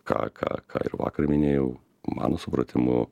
ką ką ką ir vakar minėjau mano supratimu